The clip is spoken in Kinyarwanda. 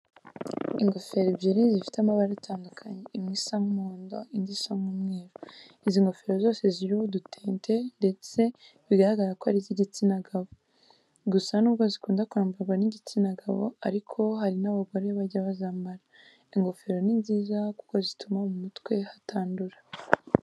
Ingofero ebyiri zifite amabara atandukanye, imwe isa nk'umuhondo indi isa nk'umweru. Izi ngofero zose ziriho udutente ndetse biragaragara ko ari iz'igitsina gabo. Gusa nubwo zikunda kwambarwa n'igitsina gabo ariko hari n'abagore bajya bazambara. Ingofero ni nziza kuko zituma mu mutwe hatandura.